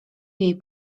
jej